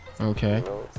Okay